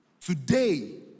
today